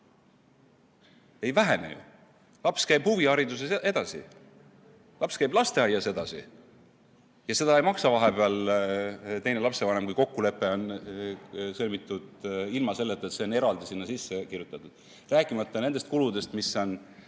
Ei vähene ju. Laps käib huvihariduses edasi. Laps käib lasteaias edasi. Ja seda ei maksa vahepeal teine lapsevanem, kui kokkulepe on sõlmitud ilma selleta, et see on eraldi sinna sisse kirjutatud. Rääkimata nendest kuludest, mis on